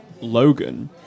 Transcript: Logan